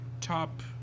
Top